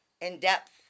in-depth